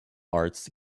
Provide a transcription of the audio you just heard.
arts